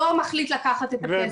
לא מחליט לקחת את הכסף.